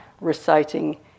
reciting